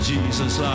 Jesus